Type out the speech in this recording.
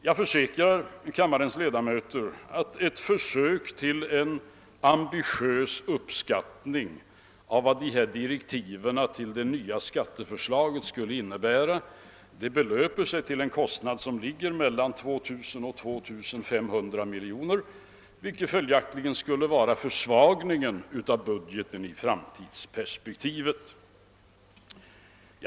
Jag försäkrar kammarens ledamöter att ett försök till en ambitiös uppskattning av vad dessa direktiv till skatteförslag skulle innebära ger till resultat en kostnad på mellan 2000 och 2500 miljoner i försvagning av budgeten sett i framtidsperspektivet.